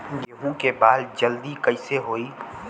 गेहूँ के बाल जल्दी कईसे होई?